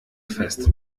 fest